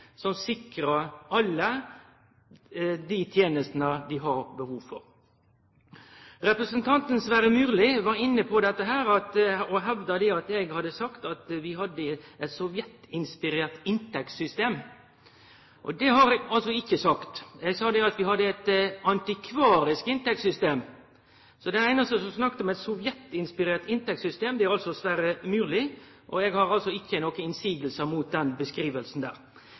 som sikrar alle dei tenestene dei har behov for. Representanten Sverre Myrli hevda at eg hadde sagt at vi hadde eit sovjetinspirert inntektssystem. Det har eg altså ikkje sagt. Eg sa at vi hadde eit antikvarisk inntektssystem. Den einaste som har snakka om eit sovjetinspirert inntektssystem, er altså Sverre Myrli. Eg har ikkje noka innvending mot den